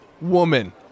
woman